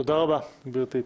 תודה רבה, גברתי.